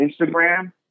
instagram